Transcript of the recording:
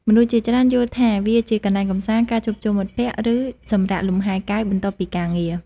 មនុស្សជាច្រើនយល់ថាវាជាកន្លែងកម្សាន្ត ការជួបជុំមិត្តភក្តិ ឬសម្រាកលំហែកាយបន្ទាប់ពីការងារ ។